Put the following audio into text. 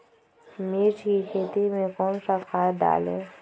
मिर्च की खेती में कौन सा खाद डालें?